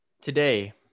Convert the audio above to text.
Today